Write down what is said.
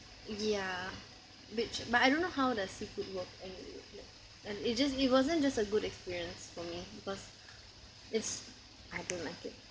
ya which but I don't know how the seafood work anyway and it just it wasn't just a good experience for me because it's I don't like it